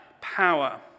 power